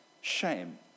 shame